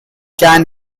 can